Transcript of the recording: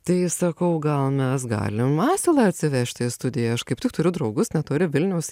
tai sakau gal mes galim asilą atsivežti į studiją aš kaip tik turiu draugus netoli vilniaus